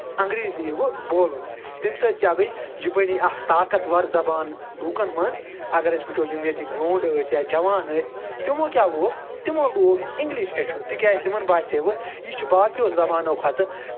اَنگریٖزی وۄنۍ بولُن تَمہِ سۭتۍ کیاہ گٔے یہِ بَنے اکھ طاقتوَر زَبان لوٗکن منٛز اَگر أسۍ وٕچھو یِم ییٚتِکۍ لوٚنڈٕ ٲسۍ یا جَوان ٲسۍ تِمَو کیاہ لوگ تِمو لوگ اِنگلِش ہیٚچھُن تِکیازِ تِمَن باسیوٕ یہِ چھِ باقو زَبانو کھۄتہٕ